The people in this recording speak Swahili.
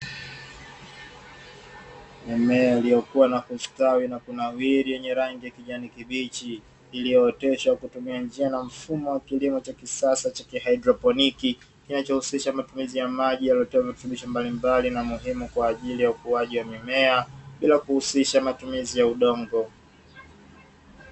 Mimea iliyokuwa na kustawi na kunawiri yenye rangi ya kijani kibichi iliyooteshwa kutumia njia na mfumo wa kilimo cha kisasa cha kihaidroponi, kinachohusisha matumizi ya maji yaliyotiwa virutubisho mbali mbali na muhimu kwa ajili ya ukuaji wa mimea bila kuhusisha matumizi ya udongo.